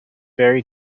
very